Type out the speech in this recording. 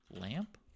lamp